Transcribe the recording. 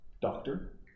doctor